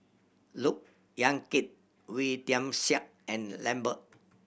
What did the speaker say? Look Yan Kit Wee Tian Siak and Lambert